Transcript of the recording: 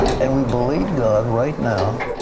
and we believe god right now.